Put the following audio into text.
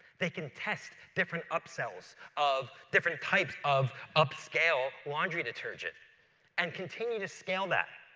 they can test different upsales of different types of upscale laundry detergent and continue to scale that.